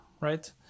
right